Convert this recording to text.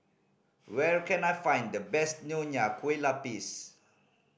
where can I find the best Nonya Kueh Lapis